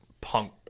punk